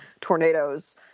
tornadoes